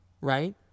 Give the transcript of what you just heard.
right